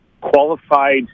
qualified